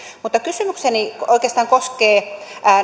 mutta kysymykseni oikeastaan koskee